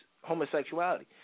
homosexuality